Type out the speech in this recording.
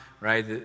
right